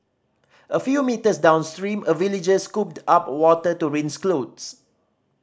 a few metres downstream a villager scooped up water to rinse clothes